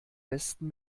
besten